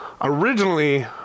originally